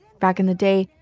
back in the day,